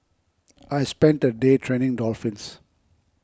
I spent a day training dolphins